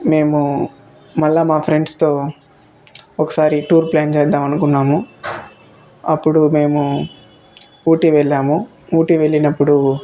మేము మళ్ళా మా ఫ్రెండ్స్తో ఒకసారి టూర్ ప్లాన్ చేద్దాం అనుకున్నాము అప్పుడు మేము ఊటీ వెళ్ళాము ఊటీ వెళ్ళినప్పుడు